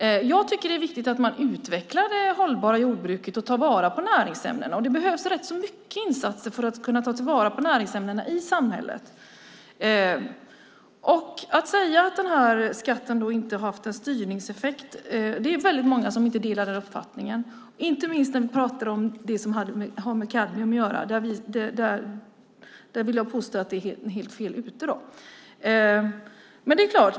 Jag tycker att det är viktigt att utveckla det hållbara jordbruket och ta vara på näringsämnen. Det behövs rätt mycket insatser för att ta till vara näringsämnena i samhället. Det är många som inte delar uppfattningen att skatten inte har haft en styrningseffekt, inte minst det som gäller kadmium. Där vill jag påstå att ni är helt fel ute.